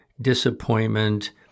disappointment